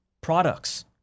products